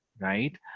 right